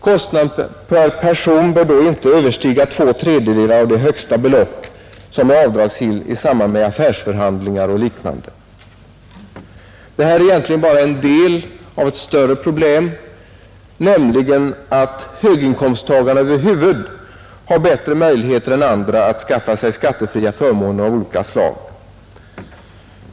Kostnaden per person bör då inte överstiga två tredjedelar av det högsta belopp som är avdragsgillt i samband med affärsförhandlingar och liknande. Detta är egentligen bara en del av ett större problem, nämligen att höginkomsttagarna över huvud har bättre möjligheter än andra att skaffa sig skattefria förmåner av olika slag.